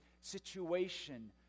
situation